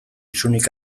isunik